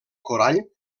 corall